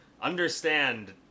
Understand